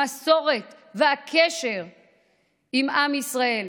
המסורת והקשר עם עם ישראל,